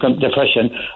depression